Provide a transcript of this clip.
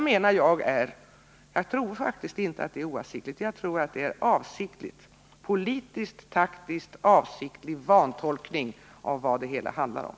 Jag tror faktiskt inte att de vantolkningar som görs är oavsiktliga, utan jag tror att det är fråga om politiskt-taktiskt avsiktlig vantolkning av vad det hela handlar om.